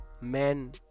men